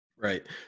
Right